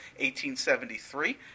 1873